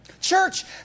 Church